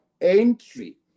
entry